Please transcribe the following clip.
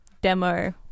demo